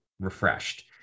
refreshed